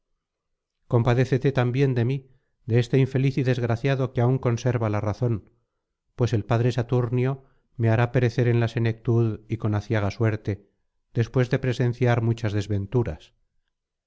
compadécete también de mí de este infeliz y desgraciado que aún conserva la razón pues el padre saturnio me hará perecer en la senectud y con aciaga suerte después de presenciar muchas desventuras